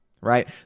right